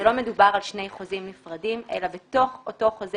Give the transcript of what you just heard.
שלא מדובר על שני חוזים נפרדים אלא בתוך אותו חוזה